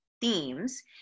themes